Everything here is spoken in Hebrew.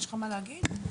יש לך מה להגיד שמעון?